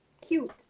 cute